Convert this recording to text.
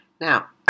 now